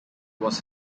was